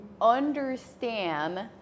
understand